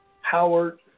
Howard